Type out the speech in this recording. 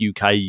uk